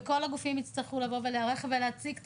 וכל הגופים יצטרכו לבוא ולהציג תוכניות,